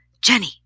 Jenny